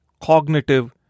cognitive